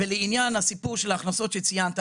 ולעניין הסיפור של ההכנסות שציינת,